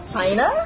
China